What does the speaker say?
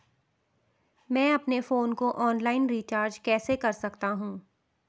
मैं अपने फोन को ऑनलाइन रीचार्ज कैसे कर सकता हूं?